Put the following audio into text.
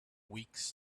weeks